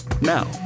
Now